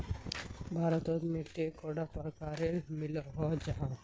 भारत तोत मिट्टी कैडा प्रकारेर मिलोहो जाहा?